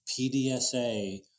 PDSA